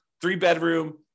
three-bedroom